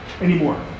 anymore